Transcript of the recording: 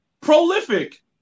Prolific